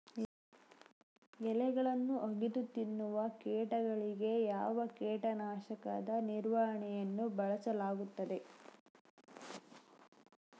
ಎಲೆಗಳನ್ನು ಅಗಿದು ತಿನ್ನುವ ಕೇಟಗಳಿಗೆ ಯಾವ ಕೇಟನಾಶಕದ ನಿರ್ವಹಣೆಯನ್ನು ಬಳಸಲಾಗುತ್ತದೆ?